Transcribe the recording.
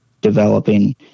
developing